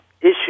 issue